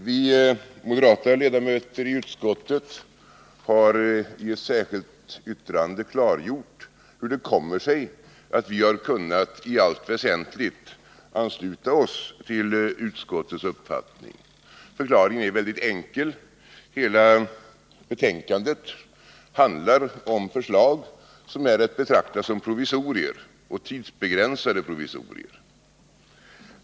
Vi moderata ledamöter i utskottet har i ett särskilt yttrande klargjort hur det kommer sig att vi i allt väsentligt har kunnät ansluta oss till utskottets uppfattning. Förklaringen är mycket enkel. Hela betänkandet handlar om förslag som är att betrakta som provisorier — tidsbegränsade provisorier.